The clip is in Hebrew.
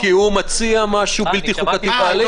כי הוא מציע משהו בלתי חוקתי בעליל.